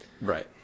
Right